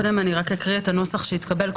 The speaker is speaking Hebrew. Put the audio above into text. קודם אני רק אקריא את הנוסח שהתקבל,